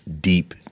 deep